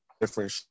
different